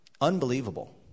Unbelievable